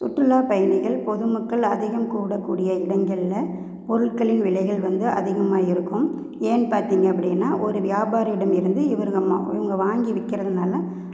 சுற்றுலா பயணிகள் பொதுமக்கள் அதிகம் கூடக்கூடிய இடங்களில் பொருட்களின் விலைகள் வந்து அதிகமாக இருக்கும் ஏன் பார்த்திங்க அப்படின்னா ஒரு வியாபாரியிடமிருந்து இவர்கமா இவங்க வாங்கி விற்கிறதுனால